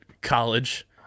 college